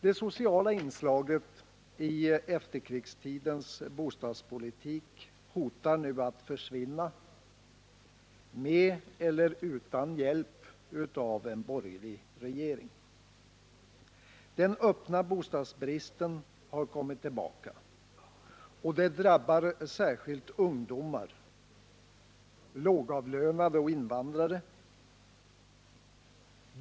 | Det sociala inslaget i efterkrigstidens bostadspolitik hotar nu att försvinna med eller utan hjälp av en borgerlig regering. Den öppna bostadsbristen har kommit tillbaka, och det drabbar särskilt ungdomar, lågavlönade och invandrare.